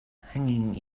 hanging